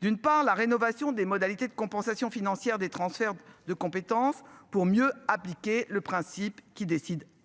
D'une part la rénovation des modalités de compensation financière des transferts de compétences pour mieux appliquer le principe qui décide.